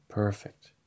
Perfect